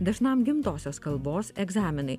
dažnam gimtosios kalbos egzaminui